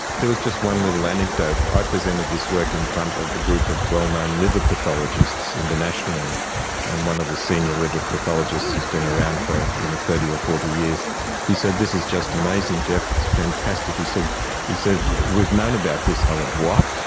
there was just one little anecdote, i presented this work in front of a group of well known liver pathologists internationally and one of the senior liver pathologists who's been around for thirty or forty years said this is just amazing geoff, it's fantastic', he said he said we've known about this. i went what?